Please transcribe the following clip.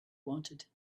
wanted